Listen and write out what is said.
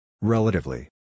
Relatively